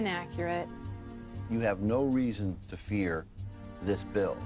inaccurate you have no reason to fear this bill